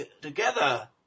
together